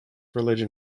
religion